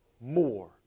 more